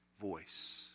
voice